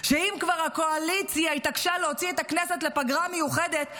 שאם כבר הקואליציה התעקשה להוציא את הכנסת לפגרה מיוחדת,